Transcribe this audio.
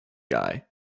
guy